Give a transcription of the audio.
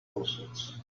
lawsuits